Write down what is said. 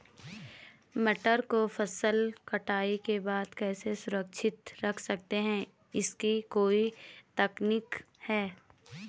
मटर को फसल कटाई के बाद कैसे सुरक्षित रख सकते हैं इसकी कोई तकनीक है?